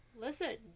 Listen